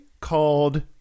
called